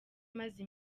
maze